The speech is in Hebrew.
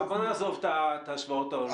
עופר, בוא נעזוב את ההשוואות העולמיות.